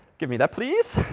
give me that please.